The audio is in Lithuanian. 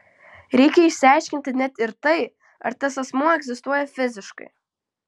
reikia išsiaiškinti net ir tai ar tas asmuo egzistuoja fiziškai